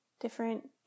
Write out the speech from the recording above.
different